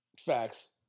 Facts